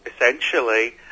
essentially